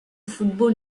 football